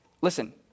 Listen